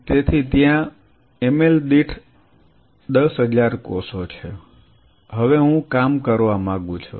તેથી ત્યાં એમએલ દીઠ 10000 કોષો છે હવે હું કામ કરવા માંગુ છું